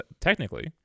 technically